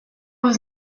was